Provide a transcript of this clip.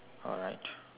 alright